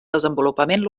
desenvolupament